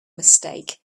mistake